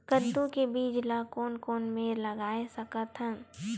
कददू के बीज ला कोन कोन मेर लगय सकथन?